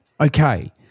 okay